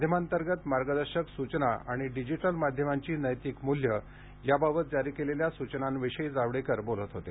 माध्यमांतर्गत मार्गदर्शक सूचना आणि डिजिटल माध्यमांची नैतिक मूल्यं याबाबत जारी केलेल्या सूचनांविषयी जावडेकर बोलत होते